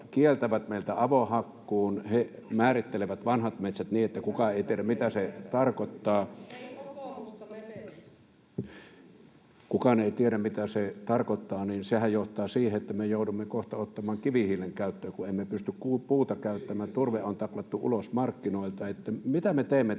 kukaan ei tiedä, mitä se tarkoittaa, ja sehän johtaa siihen, että me joudumme kohta ottamaan kivihiilen käyttöön, kun emme pysty puuta käyttämään, turve on tapettu ulos markkinoilta. Mitä me teemme tälle